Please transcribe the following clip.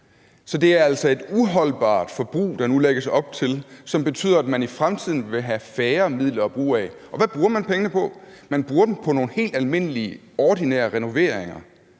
Så det er altså et uholdbart forbrug, der nu lægges op til, som betyder, at man i fremtiden vil have færre midler at bruge af. Og hvad bruger man pengene på? Man bruger dem på nogle helt almindelige ordinære renoveringer,